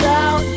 out